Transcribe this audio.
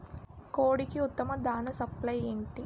కోడికి ఉత్తమ దాణ సప్లై ఏమిటి?